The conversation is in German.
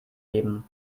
geben